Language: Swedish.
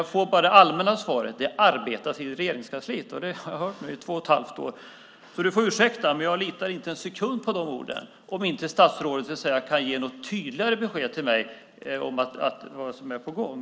Jag får bara det allmänna svaret att det arbetas i Regeringskansliet. Det har jag hört nu i två och ett halvt år. Statsrådet får ursäkta, men jag litar inte en sekund på de orden om inte statsrådet kan ge ett tydligare besked till mig om vad som är på gång.